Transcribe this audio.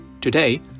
Today